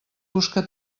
busca